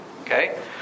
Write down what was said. Okay